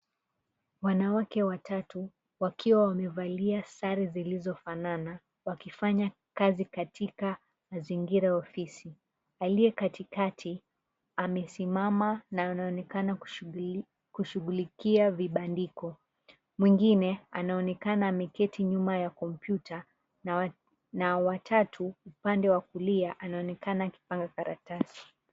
Wanawake watutu wakiwa wamevalia sare zilizo fanana wakifanya kazi katika mazingira ya ofisi. Aliye katikakati amesimama na anaonekana kushughulikia vibandiko mwingine, anaonekana ameketi nyuma ya kompyuta na watatu upande wa kulia anaonekana akipanga makaratasi.